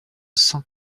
cent